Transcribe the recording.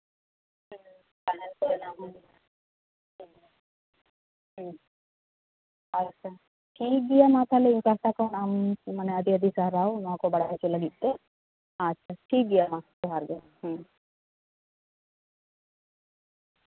ᱦᱩᱸ ᱟᱪᱪᱷᱟ ᱴᱷᱤᱠᱜᱮᱭᱟ ᱢᱟ ᱛᱟᱦᱞᱮ ᱤᱧ ᱯᱟᱦᱴᱟ ᱠᱷᱚᱱ ᱟᱢ ᱢᱟᱱᱮ ᱟᱹᱰᱤᱼᱟᱹᱰᱤ ᱥᱟᱨᱦᱟᱣ ᱱᱚᱣᱟᱠᱚ ᱵᱟᱲᱟᱭ ᱦᱚᱪᱚ ᱞᱟᱹᱜᱤᱫᱛᱮ ᱟᱪᱪᱷᱟ ᱴᱷᱤᱠᱜᱮᱭᱟ ᱢᱟ ᱡᱚᱦᱟᱨ ᱜᱮ ᱦᱩᱸ